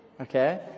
okay